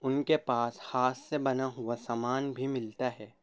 ان کے پاس ہاتھ سے بنا ہوا سامان بھی ملتا ہے